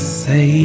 say